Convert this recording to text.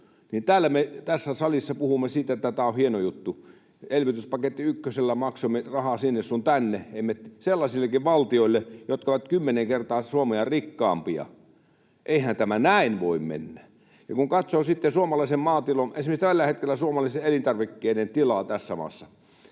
Täällä me, tässä salissa, puhumme, että tämä on hieno juttu. Elvytyspaketti ykkösellä maksoimme rahaa sinne sun tänne, sellaisillekin valtioille, jotka ovat kymmenen kertaa Suomea rikkaampia. Eihän tämä näin voi mennä. Kun katsoo sitten esimerkiksi tällä hetkellä suomalaisten elintarvikkeiden tilaa tässä maassa: